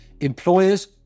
Employers